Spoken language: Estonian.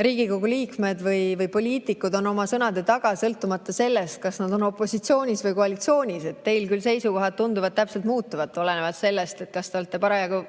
Riigikogu liikmed või poliitikud on oma sõnade taga, sõltumata sellest, kas nad on opositsioonis või koalitsioonis. Teil küll seisukohad tunduvad muutuvat olenevalt sellest, kas te olete